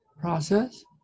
process